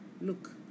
Look